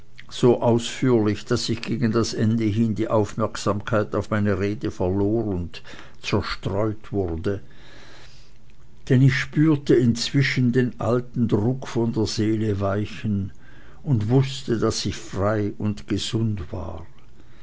so ausführlich daß ich gegen das ende hin die aufmerksamkeit auf meine rede verlor und zerstreut wurde denn ich spürte inzwischen den alten druck von der seele weichen und wußte daß ich frei und gesund war